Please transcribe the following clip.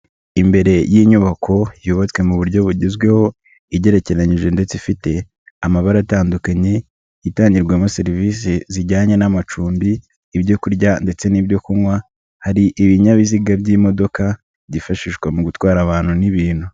Imbere y'inyubako yubatswe mu buryo bugezweho, igerekeranyije ndetse ifite amabara atandukanye, itangirwamo serivisi zijyanye n'amacumbi ibyoku kurya ndetse n'ibyokunywa, hari ibinyabiziga by'imodoka byifashishwa mu gutwara abantu n'ibintu.